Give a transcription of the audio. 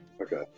Okay